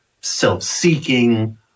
self-seeking